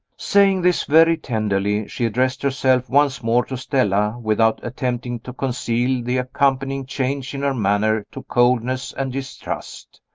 saying this very tenderly, she addressed herself once more to stella, without attempting to conceal the accompanying change in her manner to coldness and distrust.